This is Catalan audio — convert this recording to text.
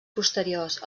posteriors